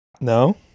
No